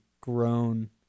grown